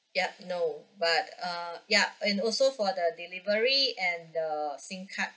yup no but uh ya and also for the delivery and the sim card